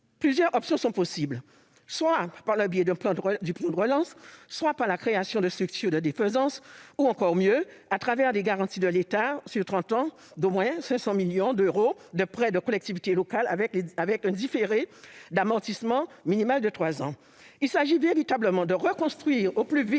Plusieurs options sont possibles, passant par le biais du plan de relance, par la création de structures de défaisance, ou, mieux encore, par une garantie d'État, sur trente ans, d'au moins 500 millions d'euros de prêts aux collectivités locales, avec un différé d'amortissement minimal de trois ans. Il s'agit véritablement de reconstruire au plus vite